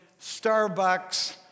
Starbucks